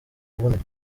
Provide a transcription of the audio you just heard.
kuvunika